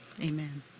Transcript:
Amen